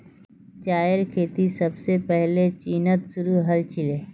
चायेर खेती सबसे पहले चीनत शुरू हल छीले